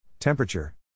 Temperature